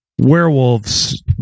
Werewolves